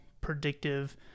predictive